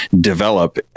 develop